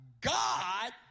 God